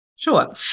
Sure